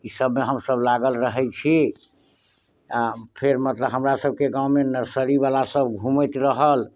ईसब मे हमसब लागल रहै छी आ फेर मतलब हमरा सबके गावँ मे नर्सरी बला सब घुमैत रहल